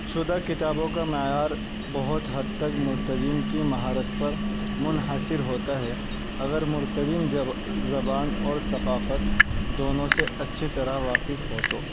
شدہ کتابوں کا معیار بہت حد تک مترجم کی مہارت پر منحصر ہوتا ہے اگر مترجم زبان اور ثقافت دونوں سے اچھی طرح واقف ہو تو